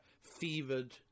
fevered